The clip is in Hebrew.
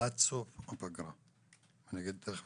עד ליציאה לפגרה, אני אגיד תיכף